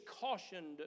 cautioned